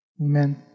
Amen